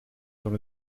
dans